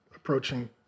approaching